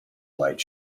light